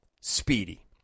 speedy